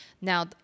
Now